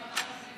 חבר הכנסת,